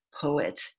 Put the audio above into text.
poet